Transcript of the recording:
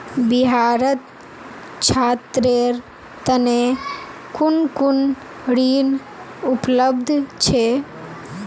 बिहारत छात्रेर तने कुन कुन ऋण उपलब्ध छे